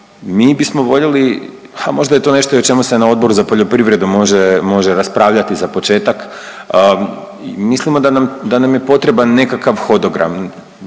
mi bismo voljeli, ha možda je to nešto i o čemu se na Odboru za poljoprivredu može, može raspravljati za početak, mislimo da nam, da nam je potreban nekakav hodogram,